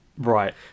Right